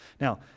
Now